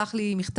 שלח לי מכתב,